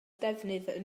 defnydd